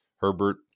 Herbert